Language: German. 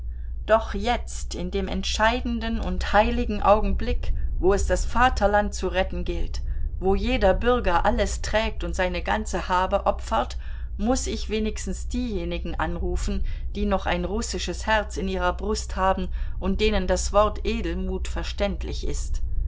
doch jetzt in dem entscheidenden und heiligen augenblick wo es das vaterland zu retten gilt wo jeder bürger alles trägt und seine ganze habe opfert muß ich wenigstens diejenigen anrufen die noch ein russisches herz in ihrer brust haben und denen das wort edelmut verständlich ist